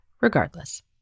regardless